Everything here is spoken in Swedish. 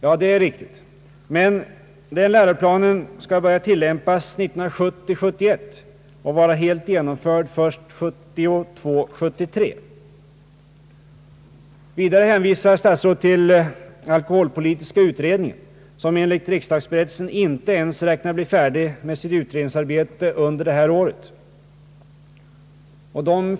Ja, det är riktigt, men den läroplanen skall börja tillämpas 1970 73. Vidare hänvisar statsrådet till alkoholpolitiska utredningen, som enligt riksdagsberättelsen inte ens räknar med att bli färdig med sitt utredningsarbete under detta år.